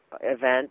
event